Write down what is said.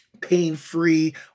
pain-free